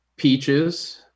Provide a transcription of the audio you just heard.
Peaches